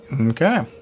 Okay